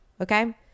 okay